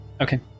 Okay